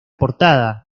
portada